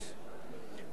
פרק אחר פרק,